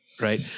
right